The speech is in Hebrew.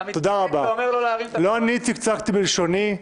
לא אני צקצקתי בלשוני.